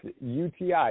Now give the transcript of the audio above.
UTI